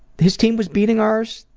his team was beating ours,